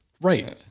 right